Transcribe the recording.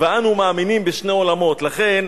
ואנו מאמינים בשני עולמות, לכן,